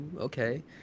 okay